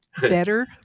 better